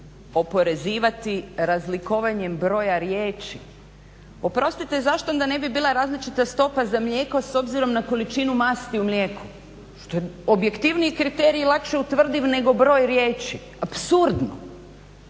oporezivati razlikovanjem broja riječi, oprostite zašto onda ne bi bila različita stopa za mlijeko s obzirom na količinu masti u mlijeku što je objektivniji kriterij lakše utvrdiv nego broj riječi. Apsurdno,